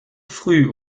früh